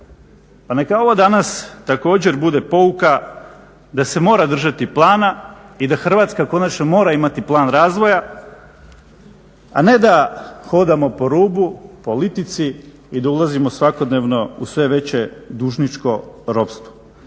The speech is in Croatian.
Pa neka ovo danas također bude pouka da se mora držati plana i da Hrvatska konačno mora imati plan razvoja, a ne da hodamo po rubu, po litici i da ulazimo svakodnevno u sve veće dužničko ropstvo.